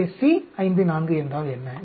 எனவே C 5 4 என்றால் என்ன